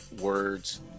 words